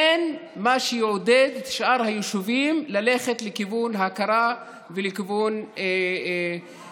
אין מה שיעודד את שאר היישובים ללכת לכיוון הכרה ולכיוון הסדרה,